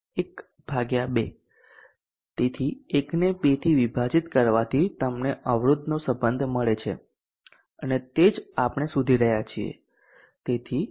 1 ભાગ્યા 2 તેથી 1 ને 2થી વિભાજીત કરવાથી તમને અવરોધનો સંબધ મળે છે અને તે જ આપણે શોધી રહ્યા છીએ